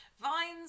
vines